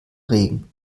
regen